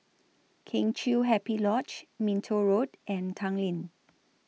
Kheng Chiu Happy Lodge Minto Road and Tanglin